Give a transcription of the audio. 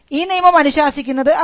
ഈ നിയമം അനുശാസിക്കുന്നത് അതാണ്